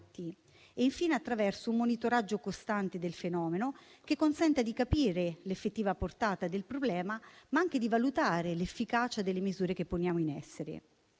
e, infine, attraverso un monitoraggio costante del fenomeno, che consenta di capire l'effettiva portata del problema, ma anche di valutare l'efficacia delle misure che poniamo in essere.